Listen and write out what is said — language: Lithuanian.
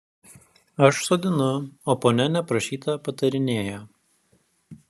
aš sodinu o ponia neprašyta patarinėja